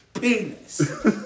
penis